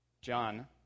John